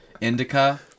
Indica